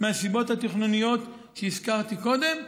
מהסיבות התכנוניות שהזכרתי קודם,